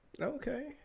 Okay